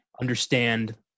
understand